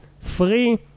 free